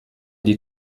die